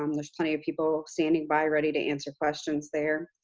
um there's plenty of people standing by, ready to answer questions there.